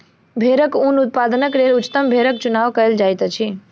भेड़क ऊन उत्पादनक लेल उच्चतम भेड़क चुनाव कयल जाइत अछि